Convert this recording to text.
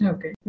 Okay